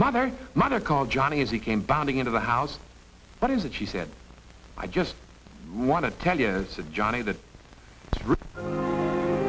mother mother called johnny as he came bounding into the house what is it she said i just want to tell you johnny that